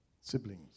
siblings